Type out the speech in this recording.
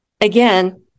again